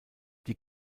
die